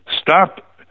stop